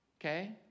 Okay